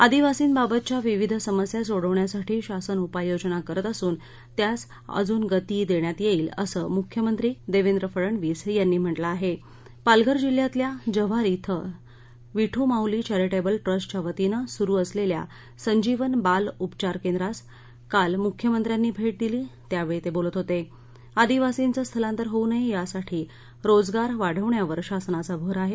आदिवासींबाबतच्या विविध समस्या सोडवण्यासाठी शासन उपाययोजना करीत असून त्यास अजून गती दख्यात यद्द्वी असं मुख्यमंत्री दक्षेत्रे फडणवीस यांनी म्हटलं आहा पालघर जिल्ह्यातल्या जव्हार इथं श्री विठू माऊली चॅरिटक्रि ट्रस्टच्यावतीनं सुरू असलखा संजीवन बाल उपचार केंद्रास काल मुख्यमंत्र्यांनी भटदिली त्यावर्षी ताबीलत होताआदिवासींचं स्थलांतर होऊ नय वाढवण्यावर शासनाचा भर आह